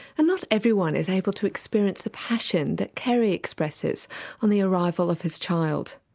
and not everyone is able to experience the passion that carey expresses on the arrival of his child,